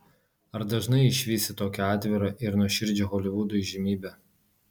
ar dažnai išvysi tokią atvirą ir nuoširdžią holivudo įžymybę